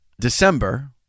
December